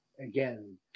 again